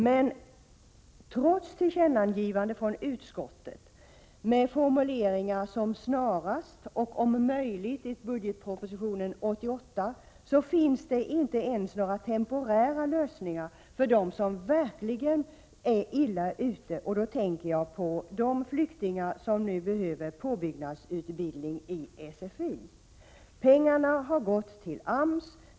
Men trots tillkännagivanden från utskottet med formuleringar som ”snarast” och ”om möjligt i budgetpropositionen 1988” finns det inte ens några temporära lösningar för dem som verkligen är illa ute. Jag tänker på de flyktingar som nu behöver påbyggnadsutbildning i SFI. Pengarna har gått till AMS.